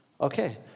Okay